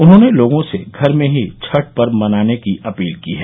उन्होंने लोगों से घर में ही छठ पर्व मनाने की अपील की है